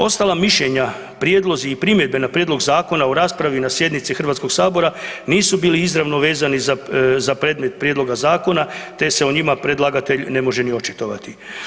Ostala mišljenja, prijedlozi i primjedbe na Prijedlog zakona o raspravi na sjednici Hrvatskoga sabora nisu bili izravno vezani za predmet Prijedloga zakona te se o njima predlagatelj ne može ni očitovati.